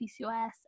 PCOS